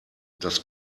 das